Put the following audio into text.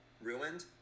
ruined